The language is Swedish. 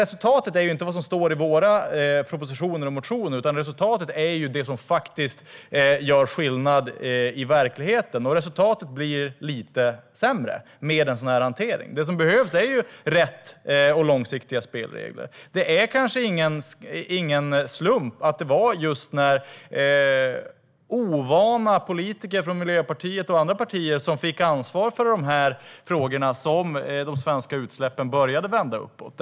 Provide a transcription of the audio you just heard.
Resultatet är inte vad som står i våra propositioner och motioner, utan resultatet är det som faktiskt gör skillnad i verkligheten. Det som behövs är rätt och långsiktiga spelregler. Det är kanske ingen slump att det var just när ovana politiker från Miljöpartiet och andra partier fick ansvar för de här frågorna som de svenska utsläppen började vända uppåt.